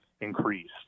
increased